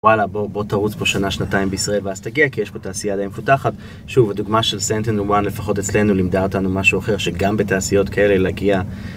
וואלה, בוא תרוץ פה שנה-שנתיים בישראל ואז תגיע, כי יש פה תעשייה די מפותחת. שוב, הדוגמה של Sentinel-1, לפחות אצלנו, לימדה אותנו משהו אחר שגם בתעשיות כאלה להגיע